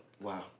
Wow